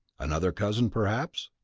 another cousin, perhaps?